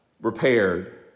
repaired